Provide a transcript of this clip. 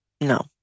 No